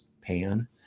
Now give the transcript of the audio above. pan